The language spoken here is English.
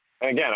again